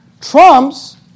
trumps